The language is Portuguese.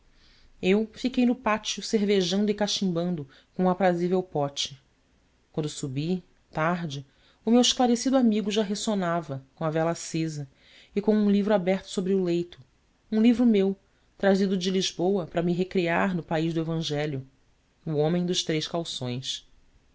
eu fiquei no pátio cervejando e cachimbando com o aprazível pote quando subi tarde o meu esclarecido amigo já ressonava com a vela acesa e com um livro aberto sobre o leito um livro meu trazido de lisboa para me recrear no país do evangelho o homem dos três calções